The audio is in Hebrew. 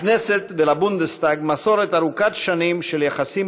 לכנסת ולבונדסטאג יש מסורת ארוכת שנים של יחסים